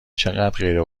چقدرغیر